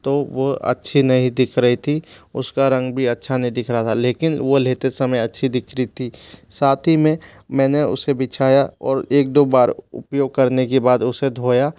तो वो अच्छी नहीं दिख रही थी उसका रंग भी अच्छा नहीं दिख रहा था लेकिन वो लेते समय अच्छी दिख रही थी साथ ही मे मैंने उसे बिछाया और एक दो बार उपयोग करने के बाद उसे धोया